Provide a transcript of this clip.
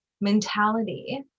mentality